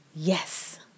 Yes